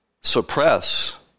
suppress